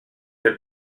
del